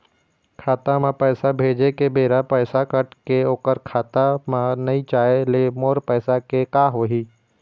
खाता म पैसा भेजे के बेरा पैसा कट के ओकर खाता म नई जाय ले मोर पैसा के का होही?